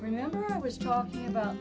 remember i was talking about